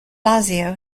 lazio